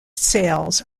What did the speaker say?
sails